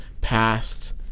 past